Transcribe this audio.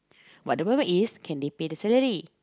but the problem is can they pay the salary